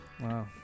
Wow